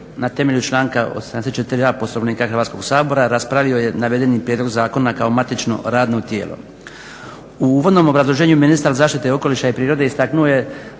na temelju članka 84.a Poslovnika Hrvatskoga sabora raspravio je navedeni prijedlog zakona kao matično radno tijelo. U uvodnom obrazloženju ministar zaštite okoliša i prirode istaknuo je